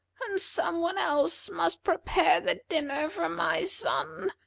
and some one else must prepare the dinner for my son.